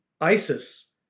ISIS